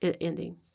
ending